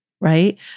right